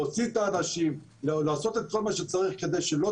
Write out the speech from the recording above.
ולהוציא את האנשים ולעשות כל מה שצריך כדי שלא